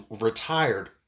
retired